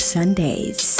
Sundays